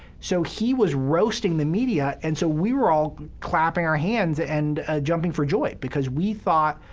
so he was roasting the media, and so we were all clapping our hands and jumping for joy because we thought,